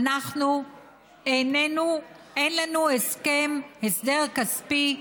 אין לנו הסכם, הסדר כספי,